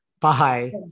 Bye